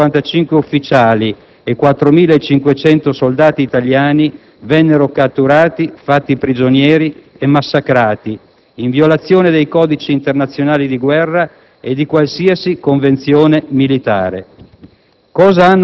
155 ufficiali e 4.500 soldati italiani vennero catturati, fatti prigionieri e massacrati, in violazione dei codici internazionali di guerra e di qualsiasi convenzione militare.